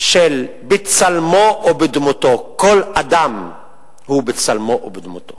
של "בצלמו ובדמותו" כל אדם הוא בצלמו ובדמותו,